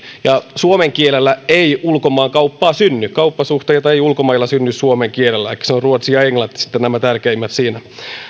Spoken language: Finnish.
suomen kielellä ei ulkomaankauppaa synny kauppasuhteita ei ulkomailla synny suomen kielellä elikkä ruotsi ja englanti ovat nämä tärkeimmät siinä